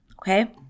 Okay